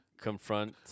confront